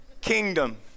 Kingdom